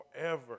Forever